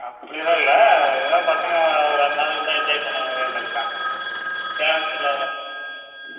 அப்படிலாம் இல்லை ஏதோ பசங்க ஒரு ரெண்டு நாள் இருந்தால் என்ஜாய் பண்ணுவாங்களேன்றது தான் பேரண்ட்ஸில்லாமல்